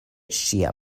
ŝia